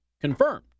confirmed